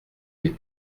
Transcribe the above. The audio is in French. les